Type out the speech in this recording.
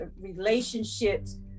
relationships